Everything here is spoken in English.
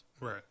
right